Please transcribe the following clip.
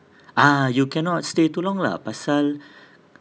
ah you cannot stay too long lah pasal